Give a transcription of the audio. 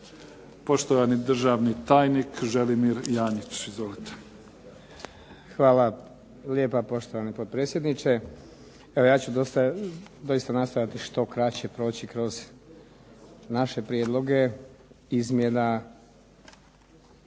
Poštovani državni tajnik Želimir Janjić. Izvolite.